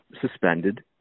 suspended